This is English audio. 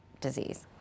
disease